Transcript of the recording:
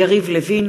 יריב לוין,